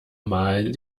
mal